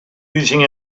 using